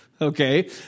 Okay